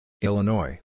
Illinois